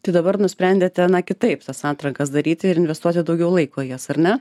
tai dabar nusprendėte na kitaip tas atrankas daryti ir investuoti daugiau laiko į jas ar re